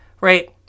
Right